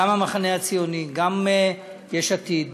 גם המחנה הציוני, גם יש עתיד,